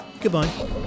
goodbye